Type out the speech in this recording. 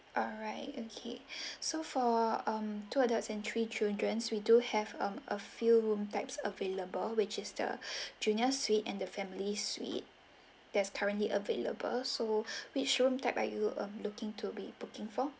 alright okay so for um two adults and three children we do have um a few room types available which is the junior suite and the family suite there's currently available so which room type are you um looking to be booking for